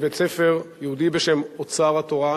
בבית-ספר יהודי בשם "אוצר התורה",